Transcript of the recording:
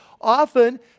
Often